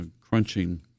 crunching